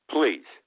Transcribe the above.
Please